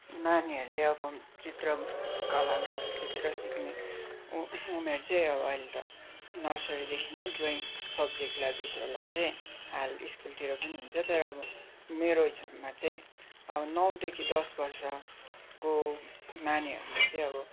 नानीहरूले अब चित्रकला अब चित्र सिख्ने उ उमेर चाहिँ अब अहिले त नर्सरीदेखि नै ड्रयिङ सब्जेक्टलाई विषयलाई चाहिँ हाल स्कुलतिर पनि हुन्छ तर अब मेरो हिसाबमा चाहिँ अब नौदेखि दस वर्षको नानीहरूले चाहिँ अब